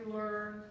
learn